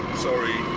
sorry!